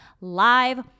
live